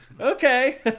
Okay